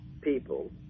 people